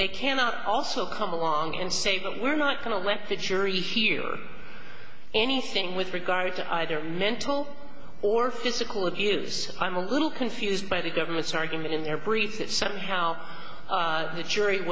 they cannot also come along and say but we're not going to let the jury hear anything with regard to either mental or physical abuse i'm a little confused by the government's argument in their brief that somehow the jury